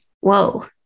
Whoa